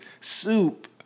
soup